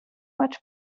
much